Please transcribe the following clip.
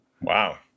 wow